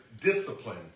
discipline